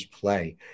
play